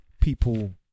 people